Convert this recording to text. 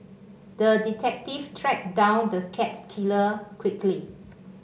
the detective tracked down the cat killer quickly